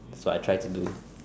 that's what I try to do